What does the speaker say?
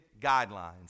guidelines